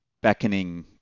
beckoning